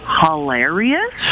hilarious